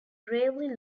gravelly